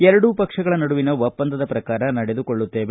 ಎರಡು ಪಕ್ಷಗಳ ನಡುವಿನ ಒಪ್ಪಂದದ ಪ್ರಕಾರ ನಡೆದುಕೊಳ್ಳುತ್ತೇವೆ